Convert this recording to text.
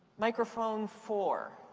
microphone four.